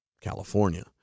California